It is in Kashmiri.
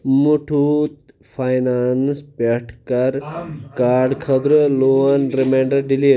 مُٹھوٗتھ فاینانٕس پٮ۪ٹھ کَر گاڑِ خٲطرٕ لون رِمینٛڈَر ڈِلی